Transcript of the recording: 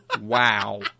wow